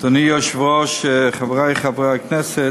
אדוני היושב-ראש, חברי חברי הכנסת,